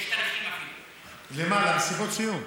יש תאריכים, אפילו.